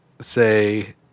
say